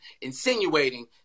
insinuating